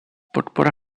podpora